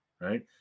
Right